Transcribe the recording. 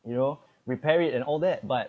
you know repair it and all that but